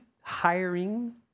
hiring